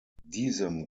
diesem